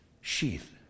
Sheath